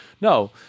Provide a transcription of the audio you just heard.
No